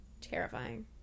terrifying